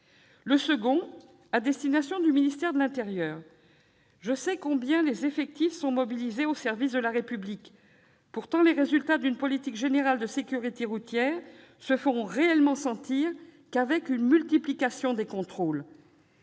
Le second s'adresse au ministère de l'intérieur. Je sais combien ses effectifs sont mobilisés au service de la République. Pourtant, les résultats d'une politique générale de sécurité routière ne se feront réellement sentir que par une multiplication des contrôles.